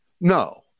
No